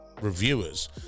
reviewers